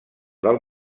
del